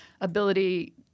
ability